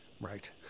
Right